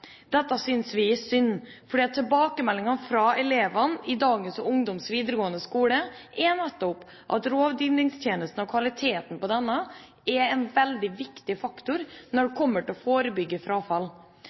Dette syns vi er synd, for tilbakemeldinger fra elevene i dagens ungdomsskoler og videregående skoler er nettopp at rådgivningstjenesten og kvaliteten på den er en veldig viktig faktor når